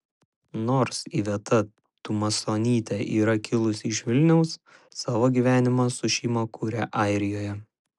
nors iveta tumasonytė yra kilusi iš vilniaus savo gyvenimą su šeima kuria airijoje